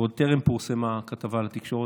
ועוד טרם פורסמה הכתבה לתקשורת,